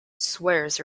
swears